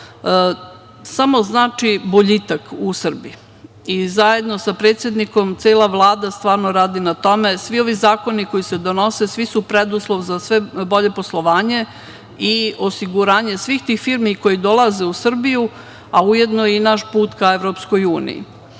samo boljitak u Srbiji. Zajedno sa predsednikom cela Vlada radi na tome. Svi ovi zakoni koji se donose su preduslov za bolje poslovanje i osiguranje svih tih firmi koje dolaze u Srbiju, a ujedno i naš put ka EU. Sav ovaj